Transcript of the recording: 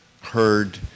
heard